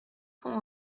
pont